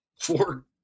four